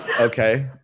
Okay